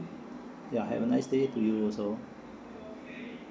ya have a nice day to you also